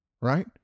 right